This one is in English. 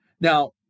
Now